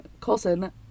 Coulson